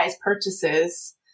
purchases